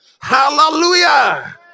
Hallelujah